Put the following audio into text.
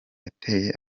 yateye